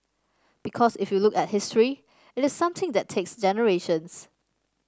because if you look at history it is something that takes generations